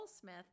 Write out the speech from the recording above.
Smith